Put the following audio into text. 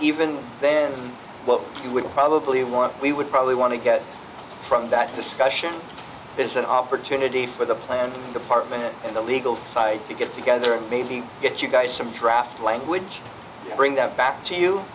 even then what you would probably want we would probably want to get from that's discussion is an opportunity for the plan department and the legal side to get together and maybe get you guys some draft language bring them back to you